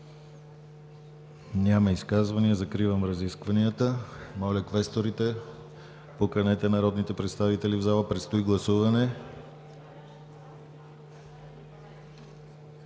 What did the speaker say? Няма изказвания. Закривам разискванията. Моля, квесторите, поканете народните представители в залата – предстои гласуване.